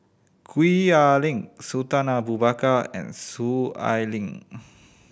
Gwee Ah Leng Sultan Abu Bakar and Soon Ai Ling